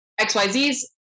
XYZ's